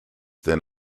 then